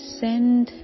send